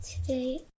today